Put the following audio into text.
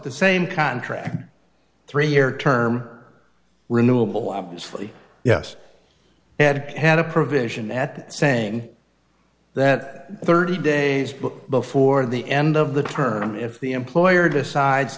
the same contract three year term renewable obviously yes ed had a provision at saying that thirty days but before the end of the term if the employer decides